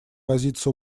возиться